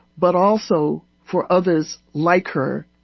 but also for others like her,